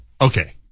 okay